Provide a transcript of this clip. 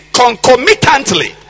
concomitantly